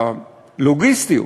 הלוגיסטיות,